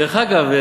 דרך אגב,